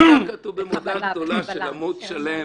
היה כתוב במודעה גדולה של עמוד שלם.